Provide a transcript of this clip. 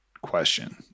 question